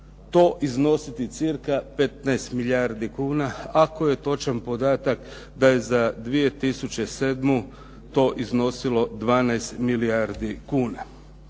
to iznositi cca 15 milijardi kuna, ako je točan podatak da je za 2007. to iznosilo 12 milijardi kuna.